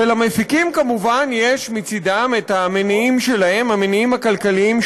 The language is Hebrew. ולמפיקים כמובן יש מצדם מניעים שלהם,